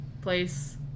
place